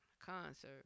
Concert